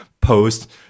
post